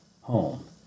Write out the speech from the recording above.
home